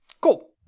Cool